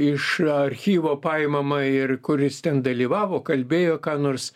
iš archyvo paimama ir kur jis ten dalyvavo kalbėjo ką nors